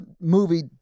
movie